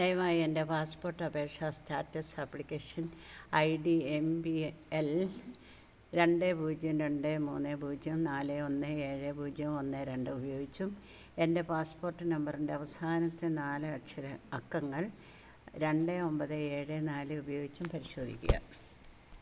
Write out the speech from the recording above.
ദയവായി എൻ്റെ പാസ്പോർട്ട് അപേക്ഷാ status application I D M P L രണ്ട് പൂജ്യം രണ്ട് മൂന്ന് പൂജ്യം നാല് ഒന്ന് ഏഴ് പൂജ്യം ഒന്ന് രണ്ട് ഉപയോഗിച്ചും എൻ്റെ പാസ്പോർട്ട് നമ്പറിൻ്റെ അവസാനത്തെ നാല് അക്ഷര അക്കങ്ങൾ രണ്ട് ഒൻപത് ഏഴ് നാല് ഉപയോഗിച്ചും പരിശോധിക്കുക